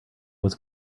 was